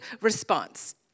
response